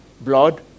blood